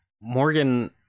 morgan